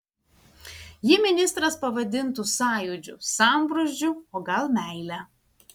jį ministras pavadintų sąjūdžiu sambrūzdžiu o gal meile